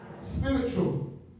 spiritual